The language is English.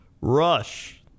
Rush